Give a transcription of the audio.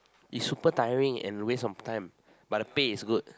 it's super tiring and waste of time but the pay is good